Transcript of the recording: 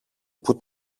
που